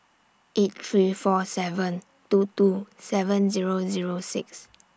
eight three four seven two two seven Zero Zero six